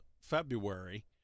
February